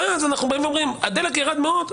ואז אנחנו באים ואומרים: הדלק ירד מאוד,